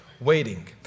waiting